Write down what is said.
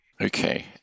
Okay